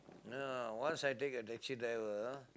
no once I take a taxi driver